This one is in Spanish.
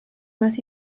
más